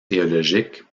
théologiques